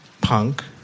punk